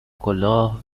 کلاه